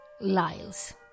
Lyles